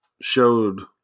showed